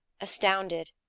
astounded